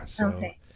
Okay